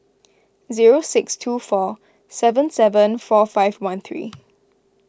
zero six two four seven seven four five one three